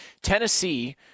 Tennessee